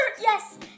Yes